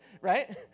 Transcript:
right